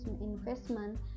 investment